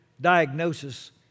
diagnosis